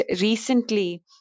recently